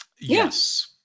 Yes